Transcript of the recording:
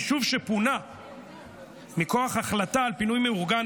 ביישוב שפונה מכוח החלטה של הממשלה על פינוי מאורגן,